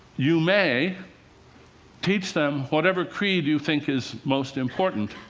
you may teach them whatever creed you think is most important,